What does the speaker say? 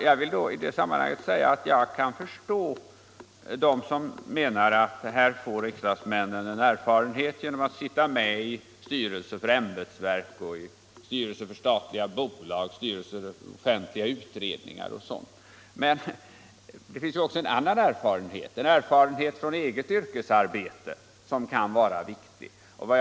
Jag kan förstå dem som menar att riksdagsmännen får en erfarenhet genom att sitta med i styrelser för ämbetsverk och statliga bolag och i offentliga utredningar. Men det finns också en annan erfarenhet som kan vara viktig, nämligen erfarenhet från eget yrkesarbete.